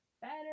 better